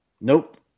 Nope